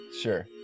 Sure